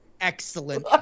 excellent